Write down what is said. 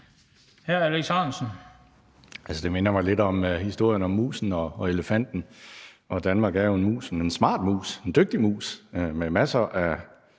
17:17 Alex Ahrendtsen (DF): Det minder mig lidt om historien om musen og elefanten, og Danmark er jo en mus, men en smart mus, en dygtig mus med masser af